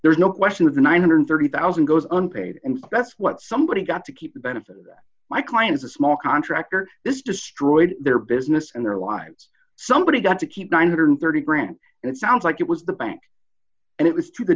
there's no question that the one hundred and thirty thousand goes unpaid and that's what somebody's got to keep the benefit of that my client is a small contractor this destroyed their business and their lives somebody's got to keep one one hundred and thirty dollars grand and it sounds like it was the bank and it was to the